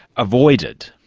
avoided?